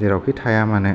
जेरावखि थाया मानो